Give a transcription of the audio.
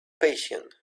patience